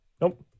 Nope